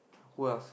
who else